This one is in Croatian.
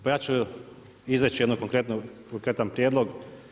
Pa ja ću izreći jedan konkretan prijedlog.